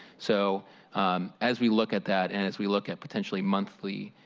so um as we look at that and as we look at potentially monthly